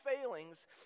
failings